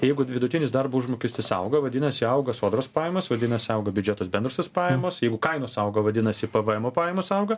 jeigu vidutinis darbo užmokestis auga vadinasi auga sodros pajamos vadinasi auga biudžetas bendrosios pajamos jeigu kainos auga vadinasi pvemo pajamos auga